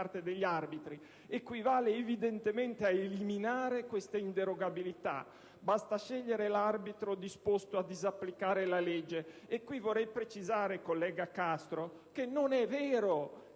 parte degli arbitri, equivale a eliminare questa inderogabilità. Basta scegliere l'arbitro disposto a disapplicare la legge. Vorrei precisare a tal riguardo, collega Castro, che non è vero